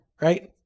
right